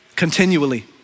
Continually